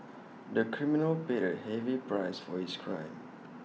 the criminal paid A heavy price for his crime